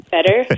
Better